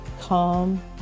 Calm